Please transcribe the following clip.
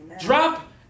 Drop